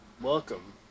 Welcome